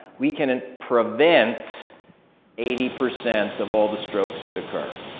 we can prevent eighty percent of all the strokes that occur.